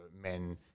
men